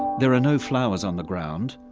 there are no flowers on the ground.